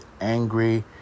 angry